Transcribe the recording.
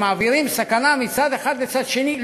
שמעבירים סכנה מצד אחד לצד שני,